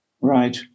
Right